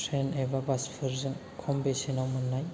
train एबा bus फोरजों खम बेसेनाव मोननाय